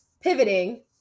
Pivoting